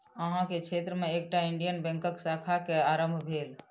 अहाँ के क्षेत्र में एकटा इंडियन बैंकक शाखा के आरम्भ भेल